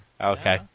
Okay